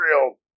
real